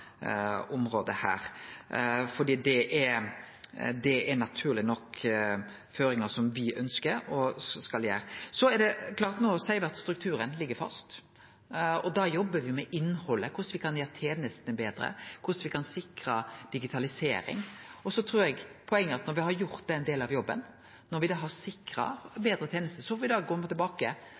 området, for det er naturleg nok føringar som me ønskjer og skal gjere noko med. Nå seier me at strukturen ligg fast, og da jobbar me med innhaldet, korleis me kan gjere tenestene betre, korleis me kan sikre digitalisering. Poenget er at når me har gjort den delen av jobben, når me har sikra betre tenester,